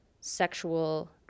sexual